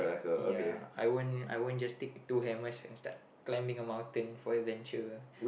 ya I won't I won't just take two hammer and start climbing a mountain for adventure